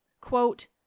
Quote